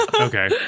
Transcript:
Okay